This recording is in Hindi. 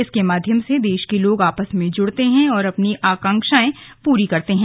इसके माध्यम से देश के लोग आपस में जुड़ते हैं और अपनी आकांक्षाएं पूरी करते हैं